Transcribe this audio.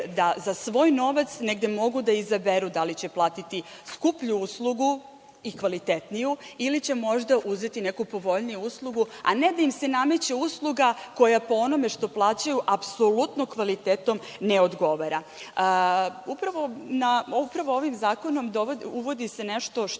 da za svoj novac mogu da izaberu da li će platiti skuplju uslugu i kvalitetniju ili će možda uzeti neku povoljniju uslugu, a ne da im se nameće usluga koja, po onome što plaćaju, apsolutno kvalitetom ne odgovara. Upravo ovim zakonom uvodi se nešto što